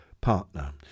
partner